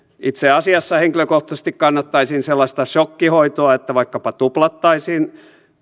itse asiassa henkilökohtaisesti kannattaisin sellaista sokkihoitoa että vaikkapa tuplattaisiin